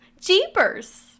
jeepers